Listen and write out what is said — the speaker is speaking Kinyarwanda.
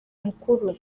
mukuru